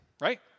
Right